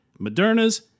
Moderna's